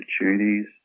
opportunities